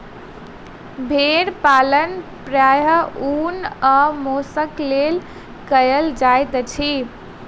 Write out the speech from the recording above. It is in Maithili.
भेड़ पालन प्रायः ऊन आ मौंसक लेल कयल जाइत अछि